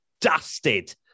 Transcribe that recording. dusted